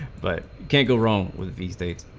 but can go wrong with the state's